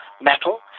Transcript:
metal